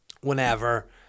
whenever